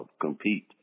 compete